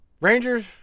Rangers